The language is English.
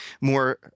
more